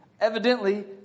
Evidently